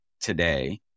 today